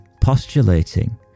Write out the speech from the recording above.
postulating